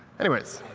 anyways,